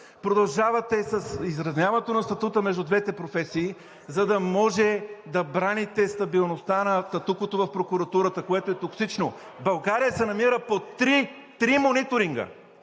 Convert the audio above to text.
Продължавате с изравняването на статута между двете професии, за да може да браните стабилността на статуквото в прокуратурата, което е токсично. България се намира под три – три!